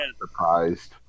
surprised